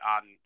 On